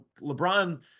LeBron